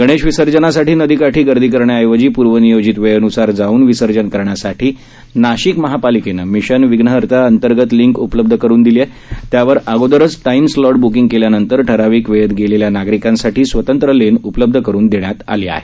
गणेश विसर्जनासाठी नदीकाठी गर्दी करण्याऐवजी पूर्व नियोजित वेळेन्सार जाऊन विसर्जन करण्यासाठी नाशिक महापालिकेनं मिशन विघ्नहर्ता अंतर्गत लिंक उपलब्ध करुन दिली आहे त्यावर अगोदरच टाइम्स स्लॉट ब्किंग केल्यानंतर ठराविक वेळेस गेलेल्या नागरिकांसाठी स्वतंत्र लेन उपलब्ध करून देण्यात आली आहे